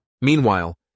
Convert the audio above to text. Meanwhile